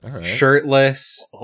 shirtless